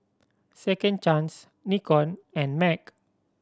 Second Chance Nikon and MAG